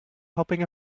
helping